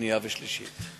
שנייה ולקריאה שלישית.